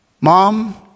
Mom